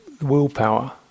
willpower